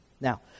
Now